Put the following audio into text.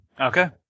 Okay